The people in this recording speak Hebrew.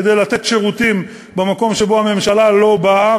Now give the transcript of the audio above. כדי לתת שירותים במקום שבו הממשלה לא באה,